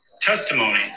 testimony